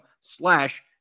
slash